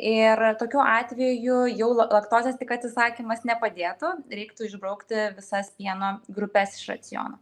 ir tokiu atveju jau laktozės tik atsisakymas nepadėtų reiktų išbraukti visas pieno grupes iš raciono